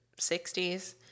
60s